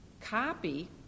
copy